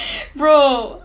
bro